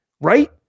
Right